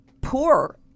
poor